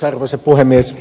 arvoisa puhemies